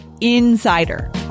insider